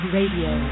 Radio